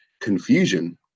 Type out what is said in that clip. confusion